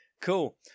Cool